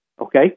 okay